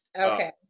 Okay